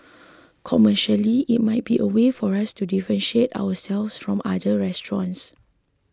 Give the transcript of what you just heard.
commercially it might be a way for us to differentiate ourselves from other restaurants